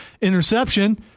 interception